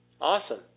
Awesome